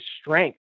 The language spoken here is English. strength